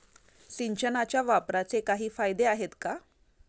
सिंचनाच्या वापराचे काही फायदे आहेत का?